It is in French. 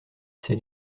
c’est